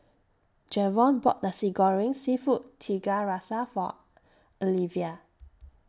Jevon bought Nasi Goreng Seafood Tiga Rasa For Alivia